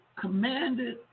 commanded